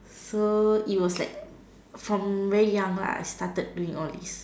so it was like from very young lah I started doing all these